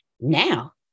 now